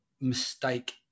Mistake